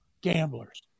Gamblers